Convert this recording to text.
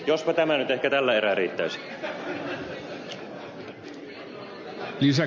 jospa tämä nyt tällä erää riittäisi